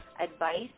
advice